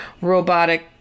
robotic